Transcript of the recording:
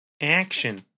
Action